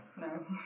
No